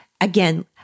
Again